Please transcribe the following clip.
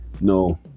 No